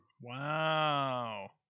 Wow